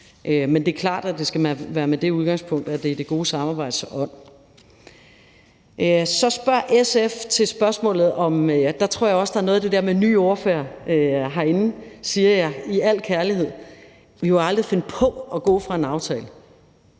Men det er klart, at det skal være med det udgangspunkt, at det er i det gode samarbejdes ånd. Kl. 15:31 Så spørger SF til spørgsmålet om at gå fra en aftale – og der tror jeg også, der er noget med det der med nye ordførere herinde, og det siger jeg i al kærlighed: Vi kunne aldrig finde på at gå fra en aftale.